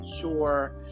sure